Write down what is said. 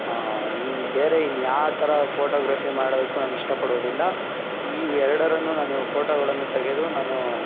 ಇನ್ನು ಬೇರೆ ಇನ್ಯಾವ್ ಥರ ಫೋಟೋಗ್ರಫಿ ಮಾಡೋದಕ್ಕೂ ನಂಗೆ ಇಷ್ಟಪಡೋದಿಲ್ಲ ಈ ಎರಡನ್ನೂ ನಾನು ಫೋಟೋಗಳನ್ನು ತೆಗೆದು ನಾನು